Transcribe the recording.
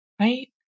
Right